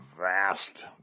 vast